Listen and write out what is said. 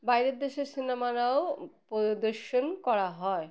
বাইরের দেশের সিনেমাও পরিদর্শন করা হয়